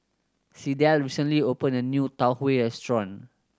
Sydell recently opened a new Tau Huay restaurant